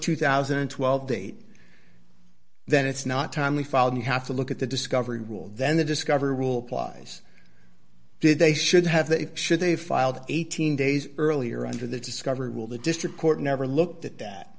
two thousand and twelve date then it's not timely filed you have to look at the discovery rule then the discovery rule applies did they should have they should they filed eighteen days earlier under the discovery will the district court never looked at that